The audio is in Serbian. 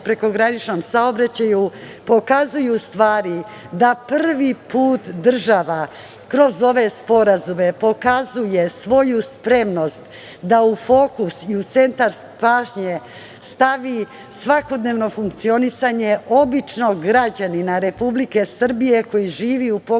prekograničnom saobraćaju pokazuju ustvari da prvi put država, kroz ove sporazume pokazuje svoju spremnost da u fokus i u centar pažnje, stavi svakodnevno funkcionisanje običnog građanina republike Srbije, koji živi u pograničnom